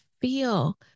feel